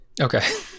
Okay